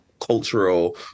cultural